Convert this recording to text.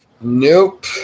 Nope